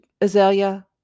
Azalea